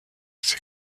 ses